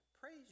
praise